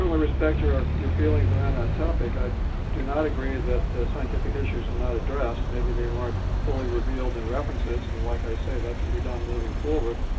respect your your feelings around that topic. i do not agree that the scientific issues are and not addressed. maybe they weren't fully revealed in references-and like i say, that can be done moving forward.